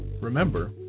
Remember